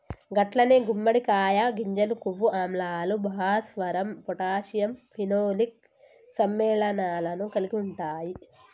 గట్లనే గుమ్మడికాయ గింజలు కొవ్వు ఆమ్లాలు, భాస్వరం పొటాషియం ఫినోలిక్ సమ్మెళనాలను కలిగి ఉంటాయి